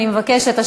אני מבקשת,